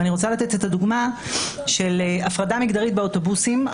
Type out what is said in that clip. אני רוצה לתת דוגמה של הפרדה מגדרית באוטובוסים.